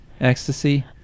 ecstasy